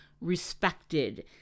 respected